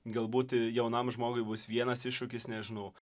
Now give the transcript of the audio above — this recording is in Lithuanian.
galbūt jaunam žmogui bus vienas iššūkis nežinau